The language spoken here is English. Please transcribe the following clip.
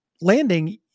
landing